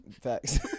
facts